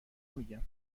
میگم